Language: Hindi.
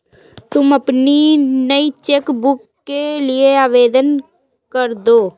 तुम अपनी नई चेक बुक के लिए आवेदन करदो